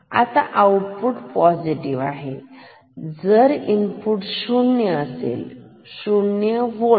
आता output positive आहे जर इनपुट शून्य असेल शून्य होल्ट